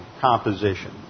composition